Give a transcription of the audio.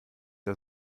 der